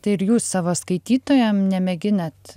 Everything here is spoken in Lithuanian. tai ir jūs savo skaitytojam nemėginat